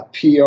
PR